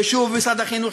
ושוב: משרד החינוך,